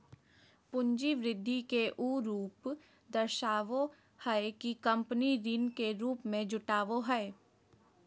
पूंजी वृद्धि के उ रूप दर्शाबो हइ कि कंपनी ऋण के रूप में जुटाबो हइ